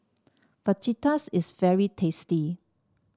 Fajitas is very tasty